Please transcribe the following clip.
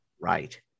right